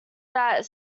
that